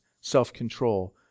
self-control